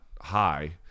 high